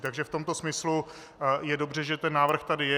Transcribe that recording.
Takže v tomto smyslu je dobře, že ten návrh tady je.